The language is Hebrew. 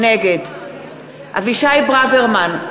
נגד אבישי ברוורמן,